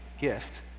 gift